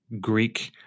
Greek